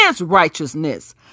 righteousness